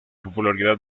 popularidad